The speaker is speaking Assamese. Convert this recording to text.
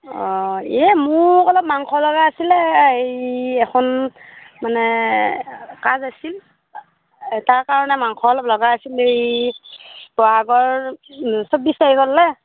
অঁ এই মোক অলপ মাংস লগা আছিলে এই এখন মানে কাজ আছিল তাৰ কাৰণে মাংস অলপ লগা আছিল এই ব'হাগৰ চৌব্বিছ তাৰিখলে